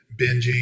binging